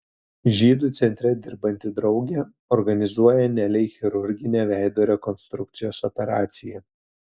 žydų centre dirbanti draugė organizuoja nelei chirurginę veido rekonstrukcijos operaciją